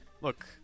look